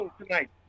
tonight